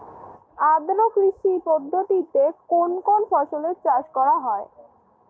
আদ্র কৃষি পদ্ধতিতে কোন কোন ফসলের চাষ করা হয়?